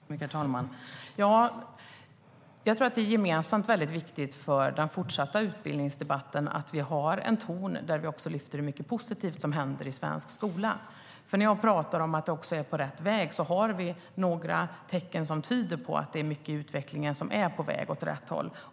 Herr talman! Jag tror att det är väldigt viktigt för den fortsatta gemensamma utbildningsdebatten att vi också lyfter fram hur mycket positivt som händer inom svensk skola. När jag pratar om att det är på rätt väg menar jag att vi har några tecken som tyder på att det är mycket i utvecklingen som är på väg åt rätt håll.